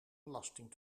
belasting